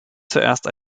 zuerst